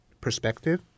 perspective